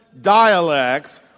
dialects